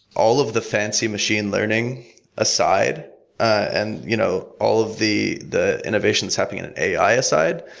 all of the fancy machine learning aside and you know all of the the innovations happening in an ai aside,